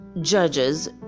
judges